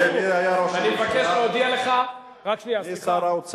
רק מפני שלא מצאו סגן שר.